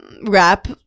rap